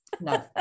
no